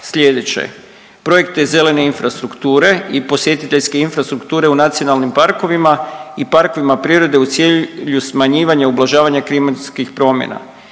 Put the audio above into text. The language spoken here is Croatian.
slijedeće. Projekte zelene infrastrukture i posjetiteljske infrastrukture u nacionalnim parkovima i parkovima prirode u cilju smanjivanja ublažavanja klimatskih promjena.